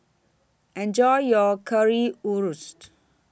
Enjoy your Currywurst